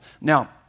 Now